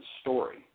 story